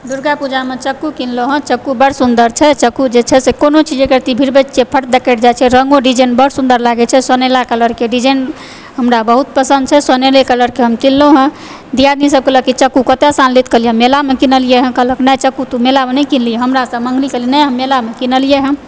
दुर्गा पूजामे चक्कू कीनलहुॅं चक्कू बड़ सुन्दर छै चक्कू जे छै से कोनो चीज एक रति भिड़बै छियै फट दऽ कटि जाइ छै रङ्गो डिजाइन बड़ सुन्दर लागै छै सोनेला कलर के डिजाइन हमरा बहुत पसन्द छै सोनेले कलर के हम कीनलहुॅं दियादनी सभ कहलक चक्कू कतऽसँ अनलियै तऽ कहलियै मेलामे किनलियै कहलक नहि चक्कू तू मेला मे नहि किनलिहि हमरासँ मॅंगने छलहि नहि हम मेला मे किनलियैहँ